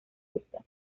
rusa